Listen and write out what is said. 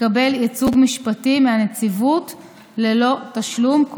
לקבל ייצוג משפטי מהנציבות ללא תשלום,